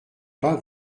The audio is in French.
pas